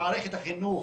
מערכת החינוך.